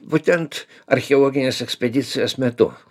būtent archeologinės ekspedicijos metu